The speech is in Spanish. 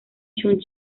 chun